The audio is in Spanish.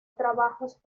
trabajos